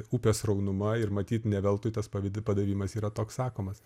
upės sraunuma ir matyt ne veltui tas pavydi padavimas yra toks sakomas